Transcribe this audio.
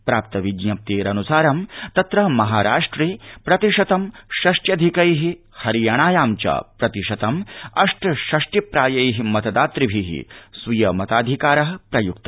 प्राप्त विज्ञप्तेरनुसार महाराष्ट्रे प्रतिशतं षष्ट्यधिक्ट हरियाणायां च प्रतिशतम् अष्ट षष्टि प्राय चितदातृभि स्वीय मताधिकार प्रयुक्त